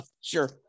sure